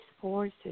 forces